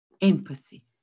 Empathy